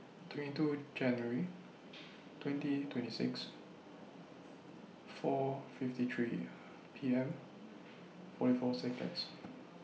twenty two January twenty twenty six four fifty three P M forty four Seconds